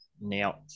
Now